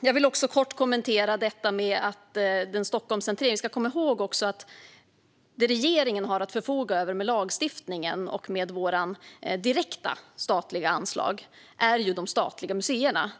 Jag vill också kort kommentera detta med Stockholmscentreringen. Vi ska komma ihåg att det som regeringen har att förfoga över med lagstiftningen och med våra direkta statliga anslag är de statliga museerna.